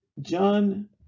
John